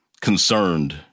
concerned